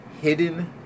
hidden